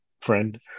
friend